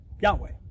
Yahweh